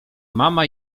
mama